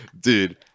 dude